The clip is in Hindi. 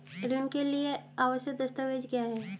ऋण के लिए आवश्यक दस्तावेज क्या हैं?